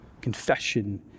confession